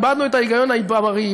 איבדנו את ההיגיון הבריא.